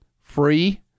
free